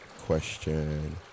question